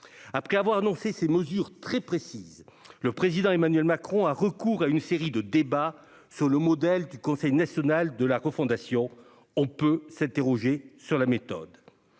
Après avoir annoncé ces mesures très précises, le président Emmanuel Macron a maintenant recours à une série de débats calqués sur le modèle du Conseil national de la refondation ; on peut s'interroger sur la méthode